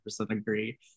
agree